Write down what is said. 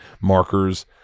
markers